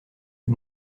les